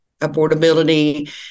affordability